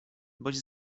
boś